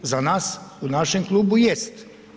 Za nas u našem klubu, jest.